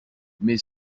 mais